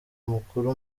mukuru